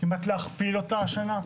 כמעט להכפיל אותה השנה.